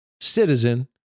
citizen